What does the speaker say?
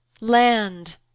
land